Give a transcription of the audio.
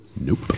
Nope